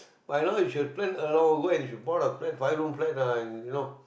by now you should plan uh go and should bought a flat five room flat ah you know